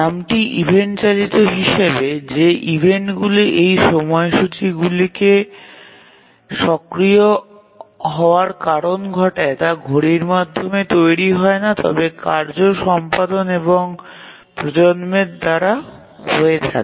নামটি ইভেন্ট চালিত হিসাবে যে ইভেন্টগুলি এই সময়সূচীগুলিকে সক্রিয় হওয়ার কারণ ঘটায় তা ঘড়ির মাধ্যমে তৈরি হয় না তবে কার্য সম্পাদন এবং প্রজন্মের দ্বারা হয়ে থাকে